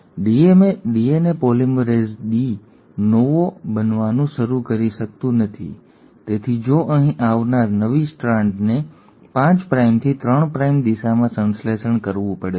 DNA polymerase de novo બનાવવાનું શરૂ કરી શકતું નથી તેથી જો અહીં આવનાર નવી સ્ટ્રાન્ડને 5 પ્રાઇમથી 3 પ્રાઇમ દિશામાં સંશ્લેષણ કરવું પડે છે